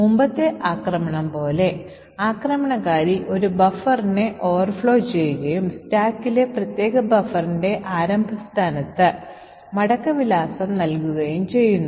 മുമ്പത്തെ ആക്രമണം പോലെ ആക്രമണകാരി ഒരു ബഫറിനെ Overflow ചെയ്യുകയും സ്റ്റാക്കിലെ പ്രത്യേക ബഫറിന്റെ ആരംഭ സ്ഥാനത്തേക്ക് മടക്ക വിലാസം നൽകുകയും ചെയ്യുന്നു